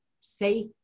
safe